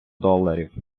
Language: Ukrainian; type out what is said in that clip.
доларів